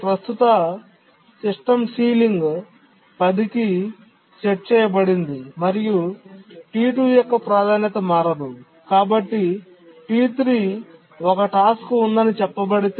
ప్రస్తుత system ceiling 10 కి set చేయబడింది మరియు T2 యొక్క ప్రాధాన్యత మారదు కాబట్టి T3 ఒక టాస్క్ ఉందని చెప్పబడితే